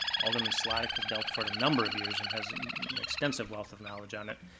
alderman slidek has dealt for a number of years and has an extensive wealth of knowledge on it.